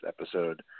episode